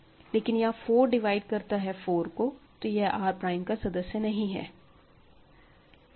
लेकिन यहां 4 डिवाइड करता है 4 को तो यह R प्राइम का सदस्य नहीं है